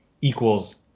equals